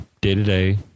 day-to-day